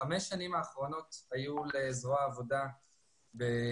בחמש השנים האחרונות היו לזרוע העבודה בשלוש